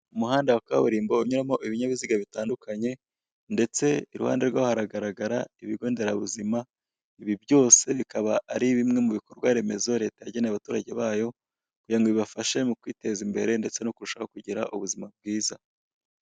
Umuhanda wa kaburimbo unyuramo ibinyabiziga bitandukanye, ndetse iruhande rwaho haragaragara ibigo nderabuzima, ibi byose bikaba ari bimwe mu bikorwa remezo leta yageneye abaturage bayo kugira ngo bibafashe mu kwiteza imbere, ndetse no mukurushaho kugira ubuzima bwiza.